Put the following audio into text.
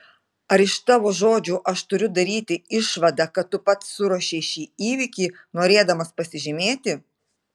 ar iš tavo žodžių aš turiu daryti išvadą kad tu pats suruošei šį įvykį norėdamas pasižymėti